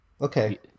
Okay